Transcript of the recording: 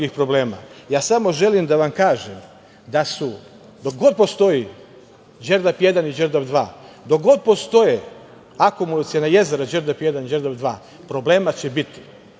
samo želim da vam kažem da su dok god postoji Đerdap I i Đerdap II, dok god postoje akumulaciona jezera Đerdap I, Đerdap II, problema će biti